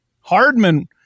Hardman –